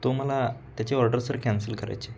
तो मला त्याची ऑर्डर सर कॅन्सल करायची आहे